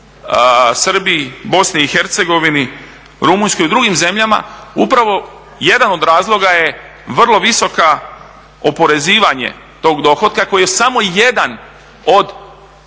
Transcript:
Srbiji, BiH, Rumunjskoj i drugim zemljama, upravo jedan od razloga je vrlo visoko oporezivanje tog dohotka koji je samo jedan od